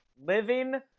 living